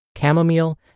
chamomile